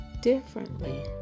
differently